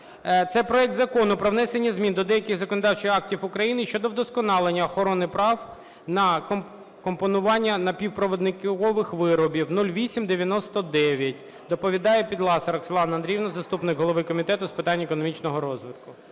Це проект Закону про внесення змін до деяких законодавчих актів України щодо вдосконалення охорони прав на компонування напівпровідникових виробів (0899). Доповідає Підласа Роксолана Андріївна, заступник голови Комітету з питань економічного розвитку.